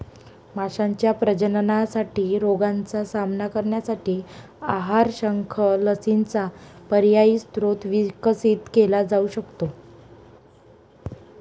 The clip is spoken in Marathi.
माशांच्या प्रजननासाठी रोगांचा सामना करण्यासाठी आहार, शंख, लसींचा पर्यायी स्रोत विकसित केला जाऊ शकतो